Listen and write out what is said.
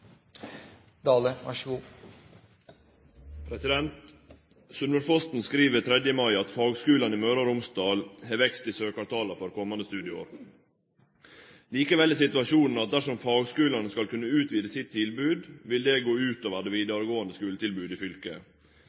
skriv 3. mai at fagskulane i Møre og Romsdal har vekst i søkartala for komande studieår. Likevel er situasjonen at dersom fagskulane skal kunne utvide sitt tilbod, vil dette gå ut over det vidaregåande tilbodet i fylket.